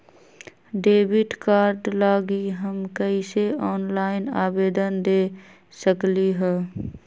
Debit card लागी हम कईसे ऑनलाइन आवेदन दे सकलि ह?